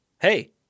Hey